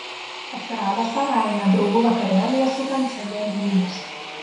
atsirado savaime draugų vakarėlyje sukant cd blynus